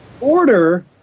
Order